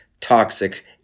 toxic